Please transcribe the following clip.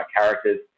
characters